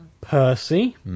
Percy